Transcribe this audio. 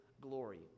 glory